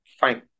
fine